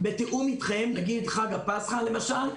בתיאום איתכם, לגבי חג הפסחא למשל,